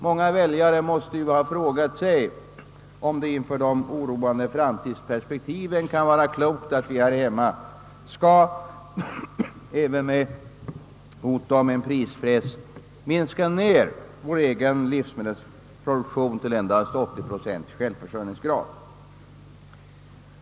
Många väljare måste ju ha frågat sig om det med de oroande framtidsperspektiven kan vara klokt att vi här hemma skall — även med hot om prispress — minska vår egen livsmedelsproduktion till endast 80 procents självförsörjningsgrad.